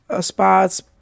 spots